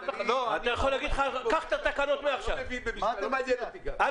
היית צריך להתאפק עם ההצהרה שלך.